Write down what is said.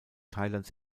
thailands